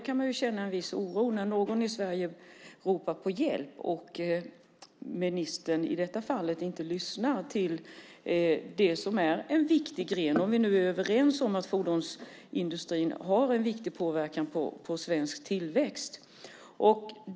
Man kan ju känna en viss oro för att ministern inte lyssnar när man ropar på hjälp från en viktig näringsgren, om vi nu är överens om att fordonsindustrin har en viktig inverkan på svensk tillväxt.